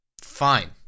fine